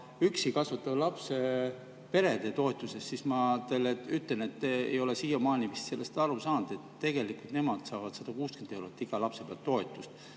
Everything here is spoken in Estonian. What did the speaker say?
üksi last kasvatavate perede toetusest, siis ma ütlen, et te ei ole siiamaani vist sellest aru saanud, et tegelikult nemad saavad 160 eurot iga lapse pealt toetust.